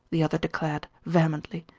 the other declared, vehemently.